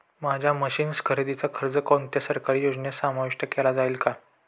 माझ्या मशीन्स खरेदीचा खर्च कोणत्या सरकारी योजनेत समाविष्ट केला जाईल का?